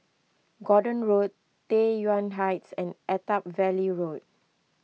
Gordon Road Tai Yuan Heights and Attap Valley Road